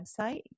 website